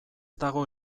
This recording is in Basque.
dago